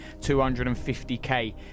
250k